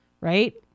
right